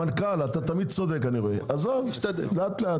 המנכ"ל, לאט-לאט.